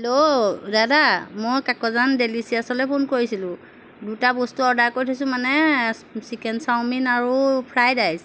hello দাদা মই কাকজান ডেলিচিয়াছলৈ ফোন কৰিছিলোঁ দুটা বস্তু অৰ্ডাৰ কৰি থৈছোঁ মানে চিকেন চাওমিন আৰু ফ্ৰাইড ৰাইচ